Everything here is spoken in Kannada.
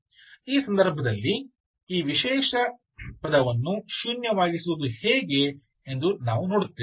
ಆ ಸಂದರ್ಭದಲ್ಲಿ ಈ ವಿಶೇಷ ಪದವನ್ನು ಶೂನ್ಯವಾಗಿಸುವುದು ಹೇಗೆ ಎಂದು ನಾವು ನೋಡುತ್ತೇವೆ